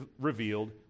revealed